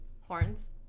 horns